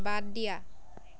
বাদ দিয়া